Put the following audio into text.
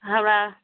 हँ